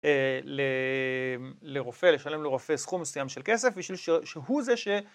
לרופא, לשלם לרופא סכום מסוים של כסף, בשביל שהוא זה ש...